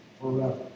forever